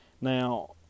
Now